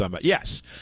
Yes